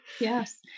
Yes